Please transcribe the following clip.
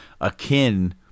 akin